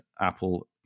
Apple